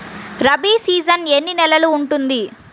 Rabi season ఎన్ని నెలలు ఉంటుంది?